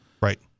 Right